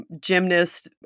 gymnast